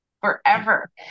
forever